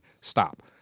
stop